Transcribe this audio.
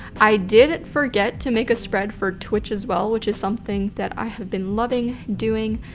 i did forget to make a spread for twitch as well which is something that i have been loving doing.